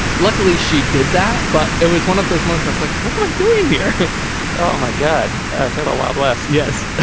luckily she did that but it was one of those months i was like what am i doing here oh my god. ah about wild west. yes.